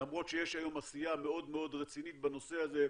למרות שיש היום עשייה מאוד מאוד רצינית בנושא הזה,